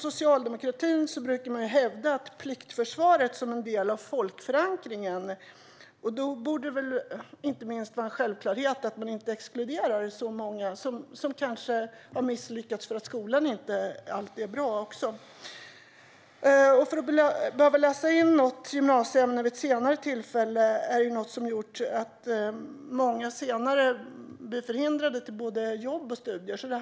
Socialdemokratin brukar hävda att pliktförsvaret är en del av folkförankringen. Då borde det vara en självklarhet att man inte exkluderar många som kanske har misslyckats därför att skolan inte alltid är bra. Att behöva läsa in ett gymnasieämne vid ett senare tillfälle har gjort att många hindras från både jobb och studier senare.